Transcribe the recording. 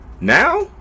Now